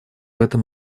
этом